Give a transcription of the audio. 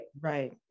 right